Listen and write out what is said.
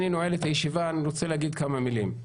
לפני שאני נועל את הישיבה אני רוצה להגיד כמה מילים.